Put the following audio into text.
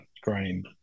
green